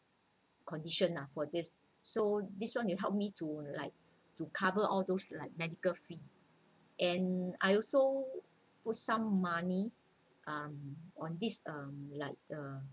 condition lah for this so this one will help me to like to cover all those like medical fees and I also put some money um on this um like uh